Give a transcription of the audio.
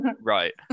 right